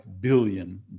billion